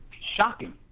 Shocking